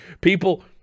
people